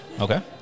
okay